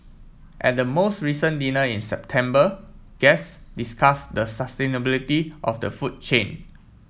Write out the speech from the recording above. at the most recent dinner in September guest discussed the sustainability of the food chain